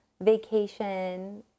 vacation